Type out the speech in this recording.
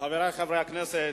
חברי חברי הכנסת,